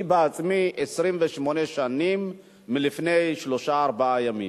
אני בעצמי 28 שנים, לפני שלושה-ארבעה ימים.